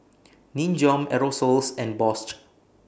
Nin Jiom Aerosoles and Bosch